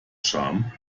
scham